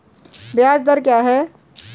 ब्याज दर क्या है?